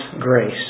grace